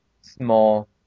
small